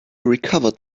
recovered